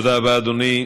תודה רבה, אדוני.